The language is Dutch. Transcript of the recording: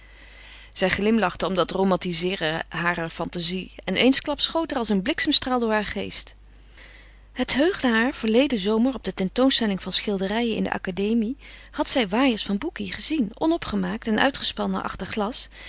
zij glimlachte om dat romantizeeren harer fantazie en eensklaps schoot er als een bliksemstraal door haar geest het heugde haar verleden zomer op de tentoonstelling van schilderijen in de akademie had zij waaiers van bucchi gezien onopgemaakt en uitgespannen achter glas